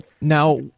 Now